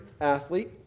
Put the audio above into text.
athlete